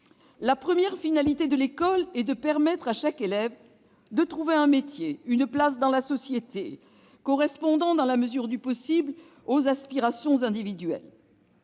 La première finalité de l'école est de permettre à chaque élève de trouver un métier, une place dans la société, correspondant dans la mesure du possible à ses aspirations individuelles.